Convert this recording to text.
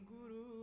Guru